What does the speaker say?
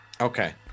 Okay